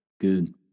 Good